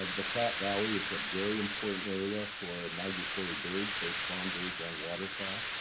the platte valley is a very important area for migratory birds, both songbirds and waterfowl.